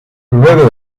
luego